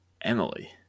Emily